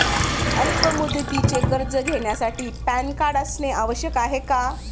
अल्प मुदतीचे कर्ज घेण्यासाठी पॅन कार्ड असणे आवश्यक आहे का?